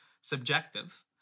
subjective